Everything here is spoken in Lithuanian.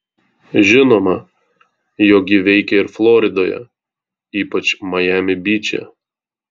žinoma jog ji veikia ir floridoje ypač majami byče